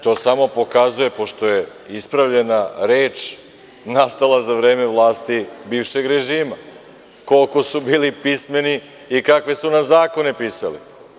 To samo pokazuje, pošto je ispravljena reč nastala za vreme vlasti bivšeg režima, koliko su bili pismeni i kakve su nam zakone pisali.